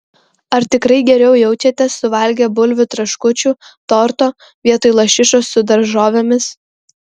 ar tikrai geriau jaučiatės suvalgę bulvių traškučių torto vietoj lašišos su daržovėmis